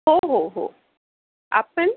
हो हो हो आपण